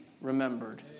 remembered